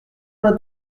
vingt